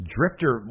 Drifter